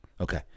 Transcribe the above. Okay